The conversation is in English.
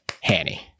Hanny